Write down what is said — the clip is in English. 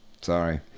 Sorry